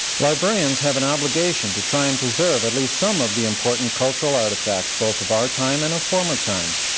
librarians have an obligation to try and preserve at least some of the important cultural artifacts, both of our time and a former times,